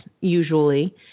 usually